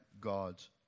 God's